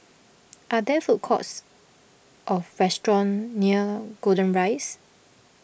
are there food courts or restaurants near Golden Rise